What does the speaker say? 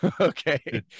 Okay